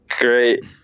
great